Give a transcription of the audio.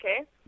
okay